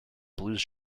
blues